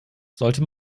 sollte